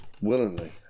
Willingly